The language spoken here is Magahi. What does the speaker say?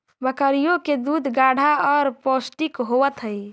बकरियों के दूध गाढ़ा और पौष्टिक होवत हई